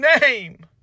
name